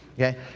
Okay